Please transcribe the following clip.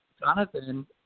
Jonathan